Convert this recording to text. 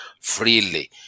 freely